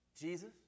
Jesus